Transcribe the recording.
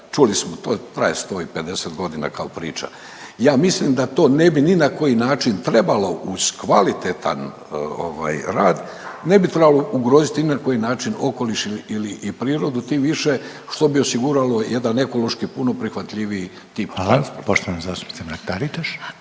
čuli smo to je ... 150 godina kao priča. Ja mislim da to ne bi ni na koji način trebalo uz kvalitetan rad ne bi trebalo ugroziti ni na koji način okoliš i prirodu tim više što bi osiguralo jedan ekološki puno prihvatljiviji …/Govornik se ne